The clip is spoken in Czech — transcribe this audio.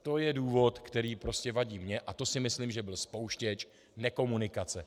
To je důvod, který prostě vadí mně, a to si myslím, že byl spouštěč nekomunikace.